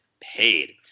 paid